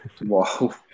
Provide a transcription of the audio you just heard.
Wow